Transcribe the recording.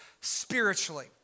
spiritually